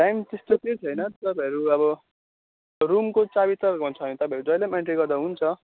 time त्यस्तो केही छैन तपाईँहरू अब रुमको चाबी तपाईँहरूकोमा छ भने तपाईँहरू जहिले पनि एन्ट्री गर्दा हुन्छ